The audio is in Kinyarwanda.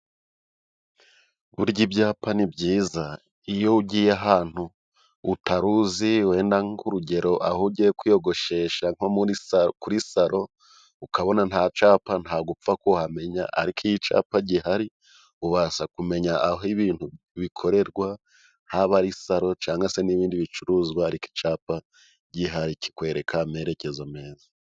Burya ibyapa ni byiza, iyo ugiye ahantu utari uzi wenda nk'urugero aho ugiye kwiyogoshesha nko kuri salo, ukabona nta capa nta bwo upfa kuhamenya, ariko icapa gihari ubasha kumenya aho ibintu bikorerwa haba ari salo cangwa se n'ibindi bicuruzwa, ariko icapa gihari kikwereka amerekezo meza.